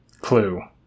clue